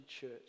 church